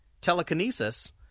telekinesis